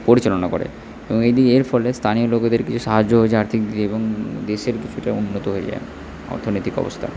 পরিচালনা করে এবং এর ফলে স্থানীয় লোকেদের কিছু সাহায্য হয়ে যায় আর্থিক দিক দিয়ে এবং দেশের কিছুটা উন্নতি হয়ে যায় অর্থনৈতিক অবস্থা